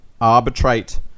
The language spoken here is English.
arbitrate